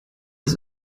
ist